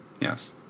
Yes